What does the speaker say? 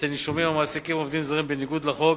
אצל נישומים המעסיקים עובדים זרים בניגוד לחוק